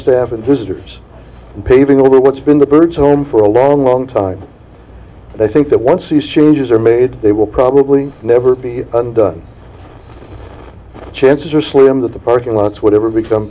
staff and visitors paving over what's been the bird's home for a long long time they think that once these changes are made they will probably never be and chances are slim that the parking lots whatever become